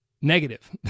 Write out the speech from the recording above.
negative